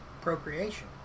procreation